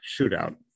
shootout